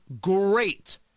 great